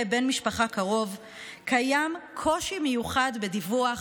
בן משפחה קרוב קיים קושי מיוחד בדיווח,